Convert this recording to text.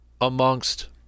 amongst